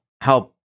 help